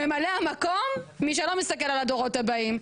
ממלאי המקום מי שלא מסתכל על הדורות הבאים.